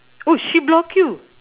oh she block you